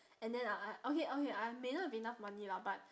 and then I I okay okay I may not have enough money lah but